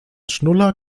schnuller